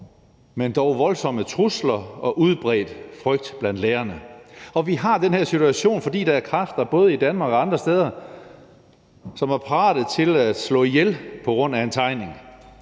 men dog voldsomme trusler og udbredt frygt blandt lærerne. Og vi har den her situation, fordi der er kræfter i både Danmark og andre steder, som er parate til at slå ihjel på grund af en tegning;